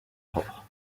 propres